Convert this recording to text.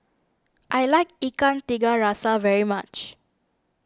I like Ikan Tiga Rasa very much